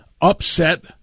upset